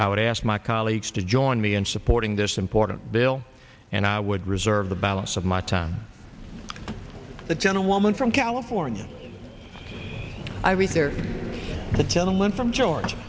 i would ask my colleagues to join me in supporting this important bill and i would reserve the balance of my time that gentlewoman from california i retire the gentleman from georgia